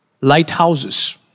lighthouses